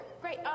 Great